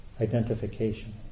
identification